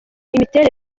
imiterere